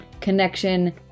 connection